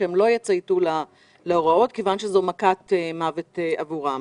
שהם לא יצייתו להוראות מכיוון שזו מכת מוות עבורם.